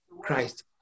Christ